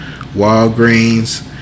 Walgreens